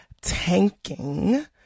tanking